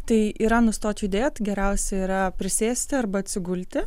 tai yra nustot judėt geriausia yra prisėsti arba atsigulti